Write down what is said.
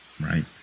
right